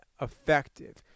effective